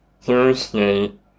Thursday